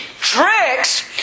tricks